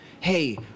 hey